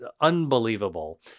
unbelievable